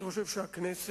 אני חושב שהכנסת